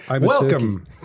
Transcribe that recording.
Welcome